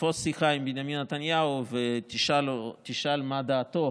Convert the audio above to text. תתפוס שיחה עם בנימין נתניהו ותשאל מה דעתו